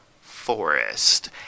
forest